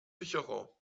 sicherer